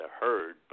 herd